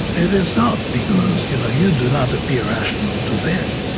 it is not, because you know you do not appear rational to them.